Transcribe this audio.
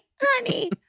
honey